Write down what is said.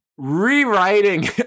rewriting